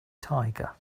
tiger